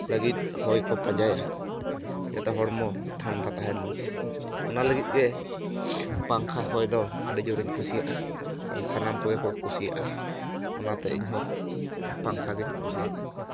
ᱞᱟᱹᱜᱤᱫ ᱦᱚᱭ ᱠᱚ ᱯᱟᱸᱡᱟᱭᱟ ᱡᱟᱛᱮ ᱦᱚᱲᱢᱚ ᱴᱷᱟᱸᱰᱟ ᱛᱟᱦᱮᱸᱱ ᱢᱟ ᱚᱱᱟ ᱞᱟᱹᱜᱤᱫ ᱜᱮ ᱯᱟᱝᱠᱷᱟ ᱦᱚᱭ ᱫᱚ ᱟᱰᱤ ᱡᱳᱨᱤᱧ ᱠᱩᱥᱤᱭᱟᱜᱼᱟ ᱟᱨ ᱥᱟᱱᱟᱢ ᱠᱚᱜᱮ ᱠᱚ ᱠᱩᱥᱤᱭᱟᱜᱼᱟ ᱚᱱᱟᱛᱮ ᱤᱧ ᱦᱚᱸ ᱯᱟᱝᱠᱷᱟ ᱜᱮᱧ ᱠᱩᱥᱤᱭᱟᱜᱼᱟ